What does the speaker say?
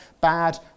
bad